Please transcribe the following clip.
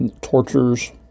tortures